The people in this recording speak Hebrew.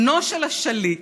בנו של השליט,